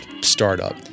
startup